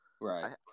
Right